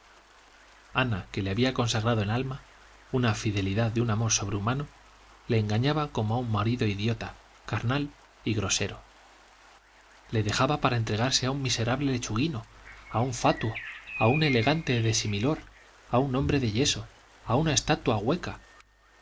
ana que le había consagrado el alma una fidelidad de un amor sobrehumano le engañaba como a un marido idiota carnal y grosero le dejaba para entregarse a un miserable lechuguino a un fatuo a un elegante de similor a un hombre de yeso a una estatua hueca